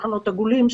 שולחנות עגולים,